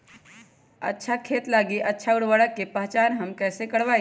हमार खेत लागी अच्छा उर्वरक के पहचान हम कैसे करवाई?